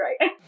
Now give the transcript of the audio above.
right